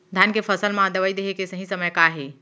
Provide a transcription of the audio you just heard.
धान के फसल मा दवई देहे के सही समय का हे?